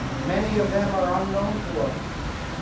many of them are unknown to us.